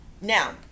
Now